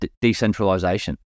decentralization